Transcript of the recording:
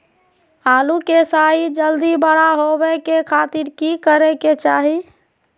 आलू के साइज जल्दी बड़ा होबे के खातिर की करे के चाही?